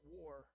war